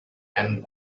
and